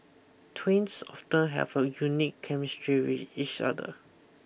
twins often have a unique chemistry with each other